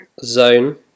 zone